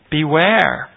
Beware